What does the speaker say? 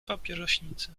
papierośnicy